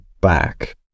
back